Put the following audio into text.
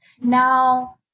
now